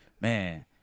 man